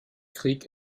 krieg